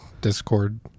Discord